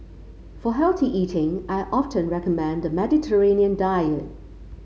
for healthy eating I often recommend the Mediterranean diet